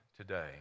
today